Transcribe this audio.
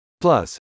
Plus